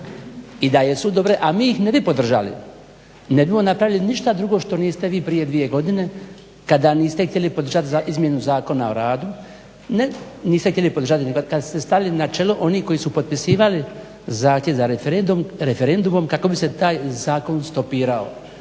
i da jesu dobre, a mi ih ne bi podržali ne bismo napravili ništa drugo što niste vi prije dvije godine kada niste htjeli podržati izmjenu Zakona o radu kad ste stali na čelo onih koji su potpisivali zahtjev za referendumom kako bi se taj zakon stopirao.